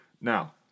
Now